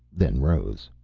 then rose.